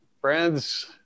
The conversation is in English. friends